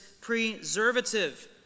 preservative